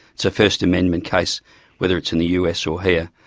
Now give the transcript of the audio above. it's a first amendment case whether it's in the us or here.